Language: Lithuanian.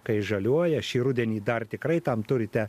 kai žaliuoja šį rudenį dar tikrai tam turite